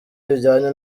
bijyanye